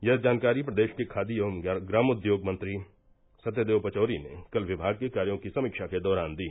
यह जानकारी प्रदेश के खादी एवं ग्रामोद्योग मंत्री सत्यदेव पचौरी ने कल विभाग के कार्यो की समीक्षा के दौरान दी